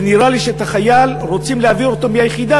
ונראה לי שאת החייל רוצים להעביר מהיחידה